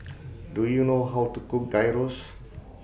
Do YOU know How to Cook Gyros